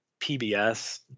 PBS